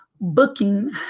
booking